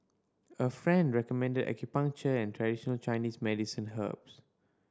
a friend recommended acupuncture and traditional Chinese medicine herbs